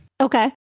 Okay